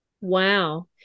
Wow